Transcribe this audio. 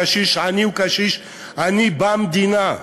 קשיש עני הוא קשיש עני במדינה.